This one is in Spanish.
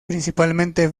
principalmente